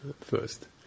first